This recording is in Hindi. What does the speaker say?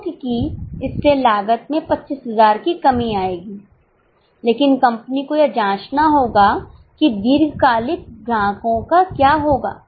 क्योंकि इससे लागत में 25000 की कमी आएगी लेकिन कंपनी को यह जांचना होगा कि दीर्घकालिक ग्राहकों का क्या होगा